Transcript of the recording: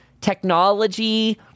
technology